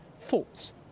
Thoughts